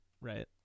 right